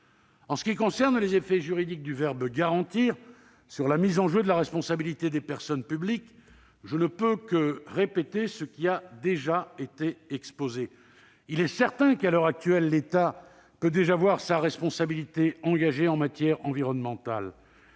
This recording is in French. S'agissant des effets juridiques du verbe « garantir » sur la mise en jeu de la responsabilité des personnes publiques, je ne puis que répéter ce qui a déjà été exposé : il est certain que l'État peut déjà voir sa responsabilité engagée en matière environnementale,